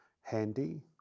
handy